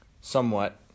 somewhat